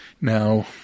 Now